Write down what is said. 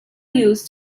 used